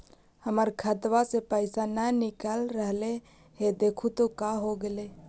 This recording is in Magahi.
हमर खतवा से पैसा न निकल रहले हे देखु तो का होगेले?